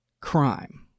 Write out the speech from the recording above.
crime